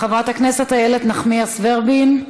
חברת הכנסת איילת נחמיאס ורבין,